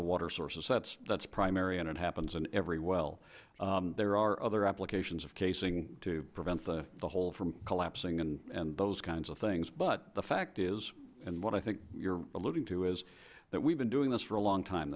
the water sources that's primary and it happens in every well there are other applications of casing to prevent the hole from collapsing and those kinds of things but the fact is and what i think you're alluding to is that we've been doing this for a long time